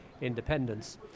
independence